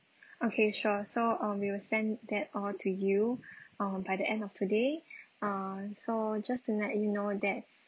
okay sure so um we will send that all to you um by the end of today err so just to let you know that